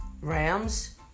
Rams